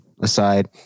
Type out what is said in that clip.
aside